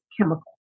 chemical